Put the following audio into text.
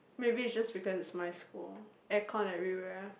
maybe it's just because it's my school aircon everywhere